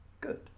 Good